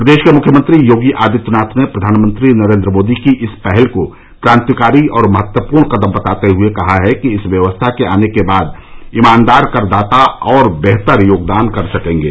प्रदेश के मुख्यमंत्री योगी आदित्यनाथ ने प्रधानमंत्री नरेन्द्र मोदी की इस पहल को कांतिकारी और महत्वपूर्ण कदम बताते हुए कहा है कि इस व्यवस्था के आने के बाद ईमानदार करदाता और बेहतर योगदान कर सकेंगे